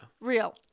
Real